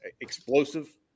explosive